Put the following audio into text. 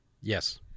Yes